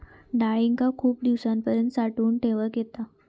डाळींका खूप दिवसांपर्यंत साठवून ठेवक येता